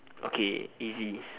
okay easy